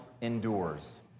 endures